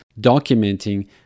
documenting